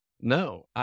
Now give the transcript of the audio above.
No